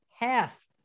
half